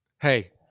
Hey